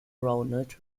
ronald